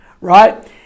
right